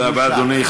תודה רבה, אדוני.